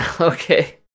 Okay